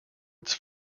its